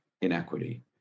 inequity